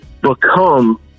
become